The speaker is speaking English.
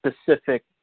specific